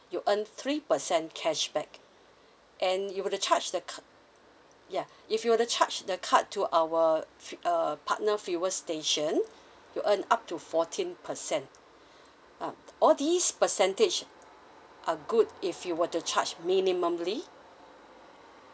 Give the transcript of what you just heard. you earn three percent cashback and you were to charge the ca~ ya if you were to charge the card to our fr~ uh partner fuel station you earn up to fourteen percent um all these percentage are good if you were to charge minimally